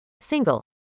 single